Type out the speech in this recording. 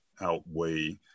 outweigh